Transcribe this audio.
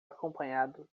acompanhado